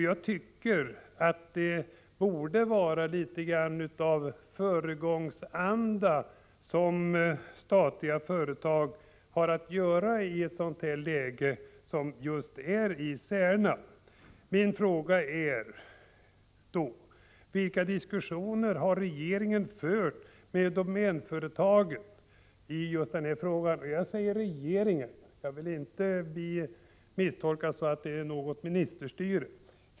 Jag tycker att det borde vara litet av föregångsanda i statliga företag i just ett sådant läge som det i Särna. Min fråga är: Vilka diskussioner har regeringen fört med Domänföretagen i just denna fråga? Jag säger regeringen — jag vill inte bli misstolkad för att avse något ministerstyre.